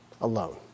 alone